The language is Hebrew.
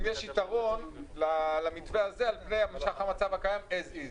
אם יש יתרון למתווה הזה על המשך המצב הקיים as is.